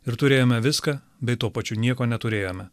ir turėjome viską bei tuo pačiu nieko neturėjome